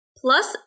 Plus